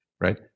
right